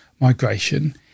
migration